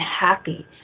happy